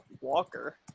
Walker